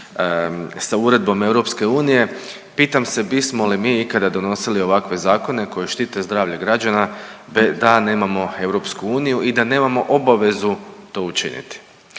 sa Uredbom EU pitam se bismo li mi ikada donosili ovakve zakone koji štite zdravlje građana da nemamo EU i da nemamo obavezu to učiniti?